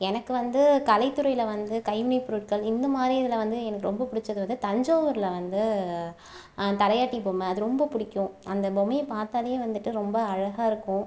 எனக்கு வந்து கலைத்துறையில் வந்து கைவினைப் பொருட்கள் இந்த மாதிரி இதில் வந்து எனக்கு ரொம்ப பிடிச்சது வந்து தஞ்சாவூரில் வந்து தலையாட்டி பொம்மை அது ரொம்ப பிடிக்கும் அந்த பொம்மையைப் பார்த்தாலே வந்துட்டு ரொம்ப அழகாக இருக்கும்